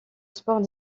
sport